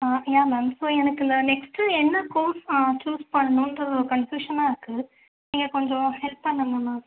யா ma'am இப்ப எனக்கு next என்ன கோர்ஸ் சூஸ் பண்ணும்ன்றது கன்ப்யூஷனாக இருக்கு நீங்கள் கொஞ்சம் ஹெல்ப் பண்ணனும் மேம்